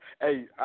Hey